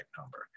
number